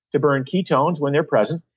to burn ketones when they're present,